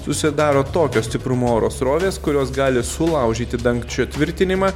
susidaro tokio stiprumo oro srovės kurios gali sulaužyti dangčio įtvirtinimą